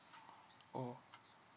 orh